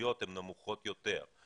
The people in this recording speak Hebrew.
הפרסומיות הן נמוכות יותר,